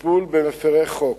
לטיפול במפירי חוק.